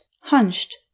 hunched